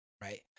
Right